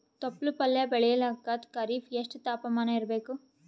ತೊಪ್ಲ ಪಲ್ಯ ಬೆಳೆಯಲಿಕ ಖರೀಫ್ ಎಷ್ಟ ತಾಪಮಾನ ಇರಬೇಕು?